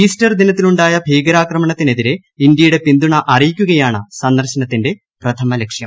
Easter ദിനത്തിലുണ്ടായ ഭീകരാക്രമണത്തിനെതിരെ ഇന്ത്യയുടെ പിന്തുണ അറിയിക്കുകയാണ് സന്ദർശനത്തിന്റെ പ്രഥമ ലക്ഷ്യം